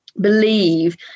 believe